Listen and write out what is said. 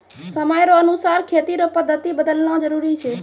समय रो अनुसार खेती रो पद्धति बदलना जरुरी छै